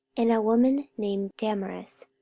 and a woman named damaris,